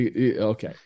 okay